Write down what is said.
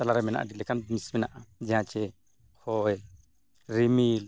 ᱛᱟᱞᱟᱨᱮ ᱢᱮᱱᱟᱜᱼᱟ ᱟᱹᱰᱤ ᱞᱮᱠᱟᱱ ᱡᱤᱱᱤᱥ ᱢᱮᱱᱟᱜᱼᱟ ᱡᱟᱦᱟᱸ ᱪᱮ ᱦᱚᱭ ᱨᱤᱢᱤᱞ